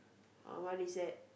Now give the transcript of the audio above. uh what is that